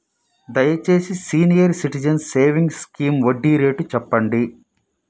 దయచేసి senior citizens savings scheme వడ్డీ rate చెప్పండి